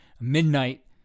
midnight